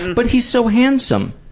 but he's so handsome!